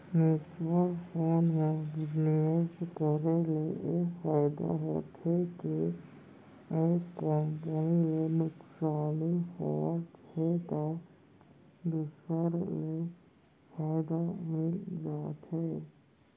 mutual fund म निवेस करे ले ए फायदा होथे के एक कंपनी ले नुकसानी होवत हे त दूसर ले फायदा मिल जाथे